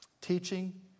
teaching